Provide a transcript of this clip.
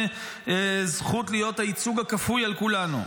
זכות להיות הייצוג הכפוי על כולנו?